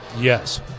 Yes